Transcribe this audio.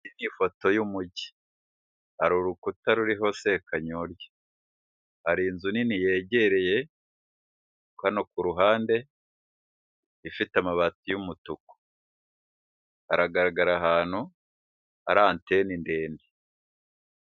Ifoto y'umujyi hari urukuta ruriho sekanyorye. Hari inzu nini yegereye hano ku ruhande, ifite amabati y'umutuku. Haragaragara ahantu hari anteni ndende.